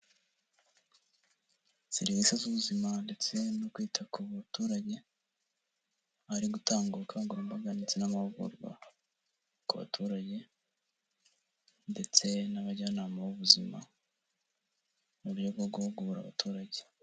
Serivise z'ubuzima ndetse no kwita ku baturage hari ugutanga ubukangurambaga ndetse n'amahugurwa ku baturage ndetse n'abajyanama b'ubuzima mu buryo bwo guhugura abaturage.